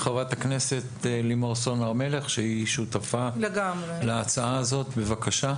חברת הכנסת לימור סון הר מלך ששותפה להצעת החוק.